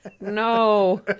No